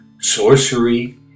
sorcery